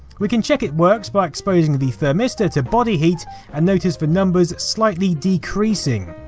we can check it works by exposing the thermistor to body heat and notice the numbers slightly decreasing.